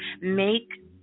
make